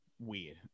Weird